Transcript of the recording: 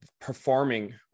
performing